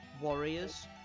warriors